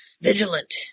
vigilant